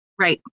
Right